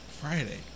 Friday